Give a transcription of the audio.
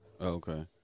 okay